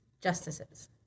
justices